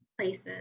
places